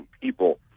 people